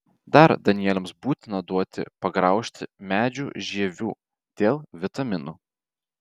dar danieliams būtina duoti pagraužti medžių žievių dėl vitaminų